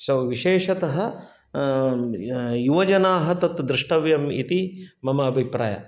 स विशेषतः युवजनाः तत् द्रष्टव्यम् इति मम अभिप्राय